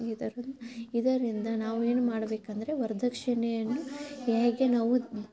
ಇದರಿಂದ ನಾವು ಏನು ಮಾಡಬೇಕಂದ್ರೆ ವರ್ದಕ್ಷಿಣೆಯನ್ನು ಹೇಗೆ ನಾವು